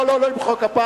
לא, לא, לא למחוא כפיים.